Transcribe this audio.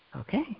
Okay